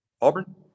Auburn